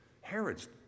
Herod's